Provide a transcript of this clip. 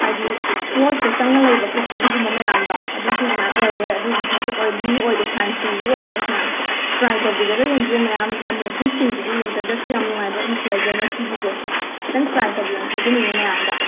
ꯍꯥꯏꯗꯤ ꯄꯣꯔꯁꯇ ꯆꯪꯂꯒ ꯂꯩꯕ ꯈꯣꯠꯄ ꯑꯗꯨꯒꯨꯝꯕ ꯃꯌꯥꯝꯗꯨ ꯑꯗꯨꯁꯨ ꯑꯗꯨꯃꯥꯏꯅ ꯑꯣꯏꯔꯣꯏ ꯑꯗꯨꯒꯤ ꯃꯊꯛꯇ ꯑꯣꯏꯂꯤꯁꯨ ꯑꯣꯏꯗꯦ ꯁꯥꯏꯟ ꯐ꯭ꯔꯤꯁꯨ ꯑꯣꯏꯀꯣ ꯃꯌꯥꯝ ꯇ꯭ꯔꯥꯏ ꯇꯧꯕꯤꯔꯒ ꯌꯦꯡꯕꯤꯌꯨ ꯃꯌꯥꯝ ꯀꯝꯕꯤꯅꯦꯁꯟ ꯁ꯭ꯀꯤꯟꯒꯤꯗꯤ ꯋꯤꯟꯇꯔꯗꯁꯨ ꯌꯥꯝꯅ ꯅꯨꯡꯉꯥꯏꯕ ꯃꯣꯏꯁꯆꯨꯔꯥꯏꯖꯔꯅꯤ ꯁꯤꯒꯤꯁꯦ ꯈꯖꯤꯛꯇꯪ ꯇ꯭ꯔꯥꯏ ꯇꯧꯕꯤꯌꯨ ꯍꯥꯍꯅ ꯍꯥꯏꯖꯅꯤꯡꯏ ꯃꯌꯥꯝꯗ